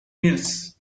mills